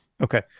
Okay